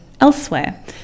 elsewhere